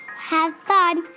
have fun.